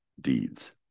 deeds